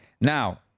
Now